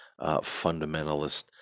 fundamentalist